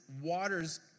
waters